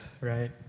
right